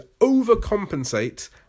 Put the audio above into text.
overcompensate